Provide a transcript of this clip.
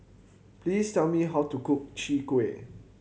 please tell me how to cook Chwee Kueh